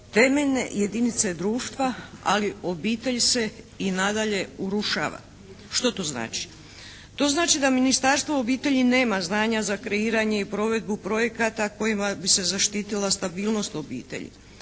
temeljne jedinice društva, ali obitelj se i nadalje urušava. Što to znači? To znači da Ministarstvo obitelji nema znanja za kreiranje i provedbu projekata kojima bi se zaštitila stabilnost obitelji,